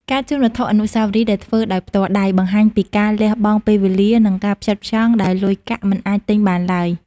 ការជូនវត្ថុអនុស្សាវរីយ៍ដែលធ្វើដោយផ្ទាល់ដៃ បង្ហាញពីការលះបង់ពេលវេលា និងការផ្ចិតផ្ចង់ដែលលុយកាក់មិនអាចទិញបានឡើយ។